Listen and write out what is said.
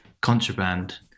contraband